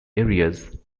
areas